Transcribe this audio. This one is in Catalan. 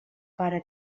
pare